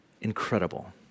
incredible